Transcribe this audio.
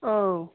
औ